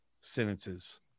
sentences